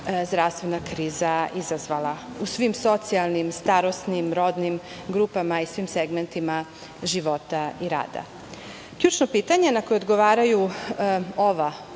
zdravstvena kriza izazvala u svim socijalnim, starosnim, rodnim grupama i svim segmentima života i rada. Ključno pitanje na koje odgovaraju oba